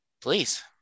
please